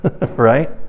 right